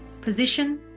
position